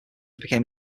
became